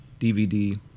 dvd